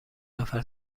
نفر